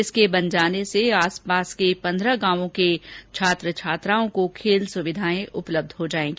इसके बन जाने से आसपास के पन्द्रह गांवों के छात्र छात्राओं को खेल सुविधाएं उपलब्ध हो जाएगी